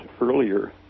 earlier